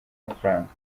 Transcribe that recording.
amafaranga